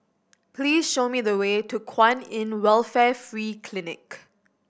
please show me the way to Kwan In Welfare Free Clinic